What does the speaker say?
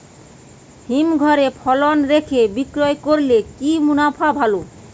হিমঘরে ফসল রেখে বিক্রি করলে কি মুনাফা ভালো?